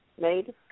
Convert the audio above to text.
made